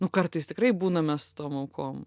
nu kartais tikrai būnam mes tom aukom